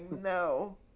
No